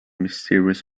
mysterious